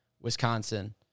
Wisconsin